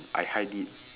I hide it